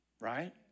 right